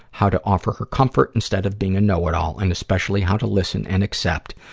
how to offer her comfort instead of being a know-it-all, and especially how to listen and accept